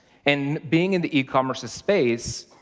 and being in the e-commerce space,